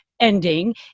Ending